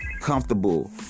comfortable